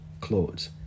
clothes